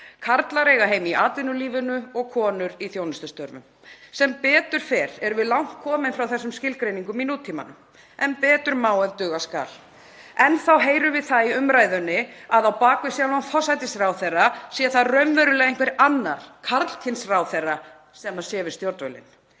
Karlar eiga heima í atvinnulífinu og konur í þjónustustörfum. Sem betur fer erum við komin langt frá þessum skilgreiningum í nútímanum en betur má ef duga skal. Enn þá heyrum við í umræðunni að á bak við sjálfan forsætisráðherra sé raunverulega einhver karlkyns ráðherra við stjórnvölinn.